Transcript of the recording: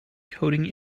coding